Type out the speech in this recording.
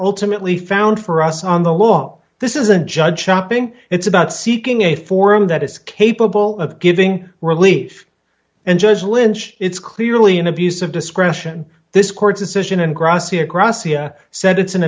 ultimately found for us on the law this is a judge shop being it's about seeking a forum that is capable of giving relief and judge lynch it's clearly an abuse of discretion this court's decision and grossly across ia said it's an